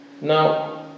Now